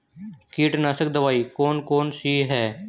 कीटनाशक दवाई कौन कौन सी हैं?